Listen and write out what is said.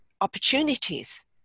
opportunities